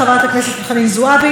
חברת הכנסת חנין זועבי,